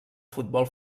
futbol